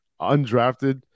undrafted